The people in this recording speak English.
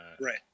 right